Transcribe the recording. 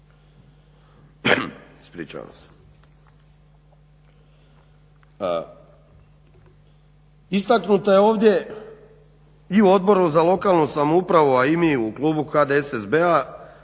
djelatnosti. Istaknuta je ovdje i u Odboru za lokalnu samoupravu, a i mi u klubu HDSSB-a